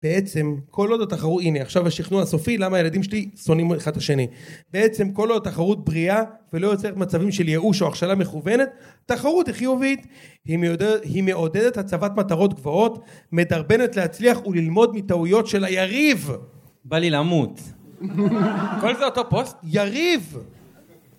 בעצם, כל עוד התחרות... הנה, עכשיו השכנוע הסופי למה הילדים שלי שונאים אחד את השני. בעצם, כל עוד התחרות בריאה, ולא יוצאת מצבים של ייאוש או הכשלה מכוונת, תחרות היא חיובית! היא מעודדת הצבת מטרות גבוהות, מדרבנת להצליח וללמוד מטעויות של היריב! בא לי למות, הכל זה אותו פוסט? יריב!